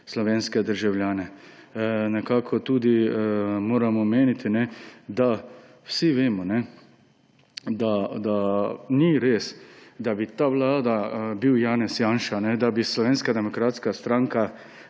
slovenske državljane. Omeniti moram tudi, da vsi vemo, da ni res, da bi ta vlada bil Janez Janša, da bi Slovenska demokratska stranka